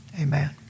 Amen